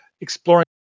exploring